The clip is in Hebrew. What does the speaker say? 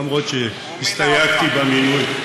אף על פי שהסתייגתי במינוי,